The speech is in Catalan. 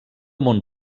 món